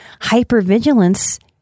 Hypervigilance